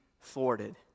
thwarted